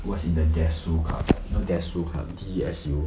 was in the desu club you know desu club D E S U